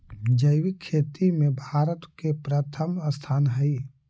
जैविक खेती में भारत के प्रथम स्थान हई